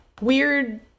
Weird